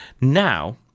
Now